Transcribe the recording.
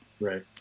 Right